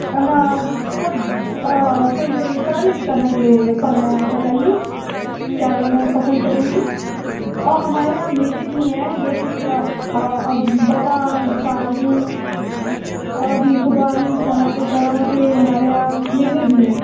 انار سب سنترے سارے طرح کے پھل ہیں آپ بتائیے کیا لینا پسند کریں گی اور ہمارے یہاں میوے بھی ہیں جیسے کہ بادام کاجو اور بھی خوبانی طرح کے طرح کے ہمارے یہاں میوے بھی ہیں